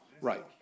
Right